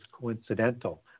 coincidental